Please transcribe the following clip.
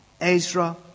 Ezra